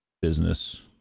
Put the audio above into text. business